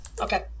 Okay